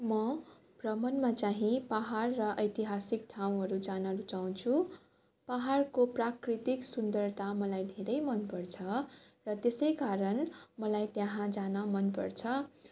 म भ्रमणमा चाहिँ पाहाड र ऐतिहासिक ठाउँहरू जान रुचाउँछु पाहाडको प्राकृतिक सुन्दरता मलाई धेरै मनपर्छ र त्यसै कारण मलाई त्यहाँ जान मनपर्छ